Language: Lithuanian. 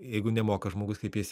jeigu nemoka žmogus kreipiesi